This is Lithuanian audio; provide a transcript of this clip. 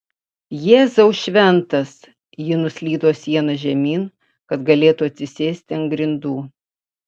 jėzau šventas ji nuslydo siena žemyn kad galėtų atsisėsti ant grindų